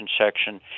section